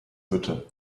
hütte